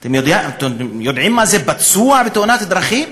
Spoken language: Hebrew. אתם יודעים מה זה פצוע תאונת דרכים?